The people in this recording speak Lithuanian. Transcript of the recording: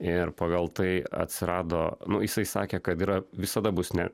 ir pagal tai atsirado nu jisai sakė kad yra visada bus ne